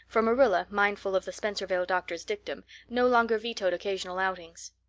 for marilla, mindful of the spencervale doctor's dictum, no longer vetoed occasional outings.